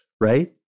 right